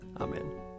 Amen